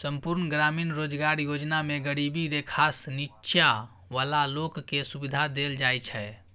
संपुर्ण ग्रामीण रोजगार योजना मे गरीबी रेखासँ नीच्चॉ बला लोक केँ सुबिधा देल जाइ छै